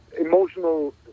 emotional